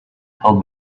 held